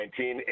2019